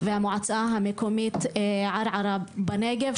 והמועצה המקומית ערערה בנגב,